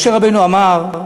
משה רבנו אמר: